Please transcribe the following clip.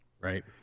Right